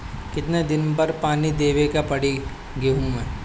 कितना दिन पर पानी देवे के पड़ी गहु में?